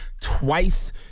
twice